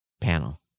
panel